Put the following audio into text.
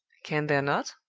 can there not?